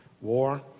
War